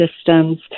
systems